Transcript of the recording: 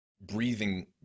breathing